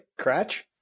Cratch